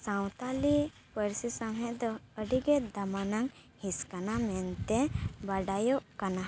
ᱥᱟᱶᱛᱟᱞᱤ ᱯᱟᱹᱨᱥᱤ ᱥᱟᱶᱦᱮᱫ ᱫᱚ ᱟᱹᱰᱤ ᱜᱮ ᱫᱟᱢᱟᱱᱟᱝ ᱦᱤᱥ ᱠᱟᱱᱟ ᱢᱮᱱᱛᱮ ᱱᱟᱰᱟᱭᱚᱜ ᱠᱟᱱᱟ